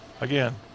Again